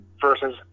Versus